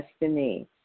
destiny